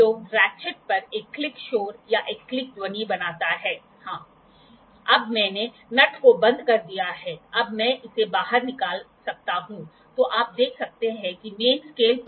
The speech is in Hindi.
तो एंगल θ की सैन जो एक सैन बार और सतह प्लेट की ऊपरी सतह के बीच बनता है जो डैटम है और द्वारा दिया जाता है sin θ¿ जहां h रोलर्स के बीच की ऊंचाई L रोलर्स के बीच की दूरी तो हम क्या कहने की कोशिश कर रहे हैं कि आपके पास एक फ्लैट है आपके पास कुछ वस्तु है ठीक है और आपके पास रोलर है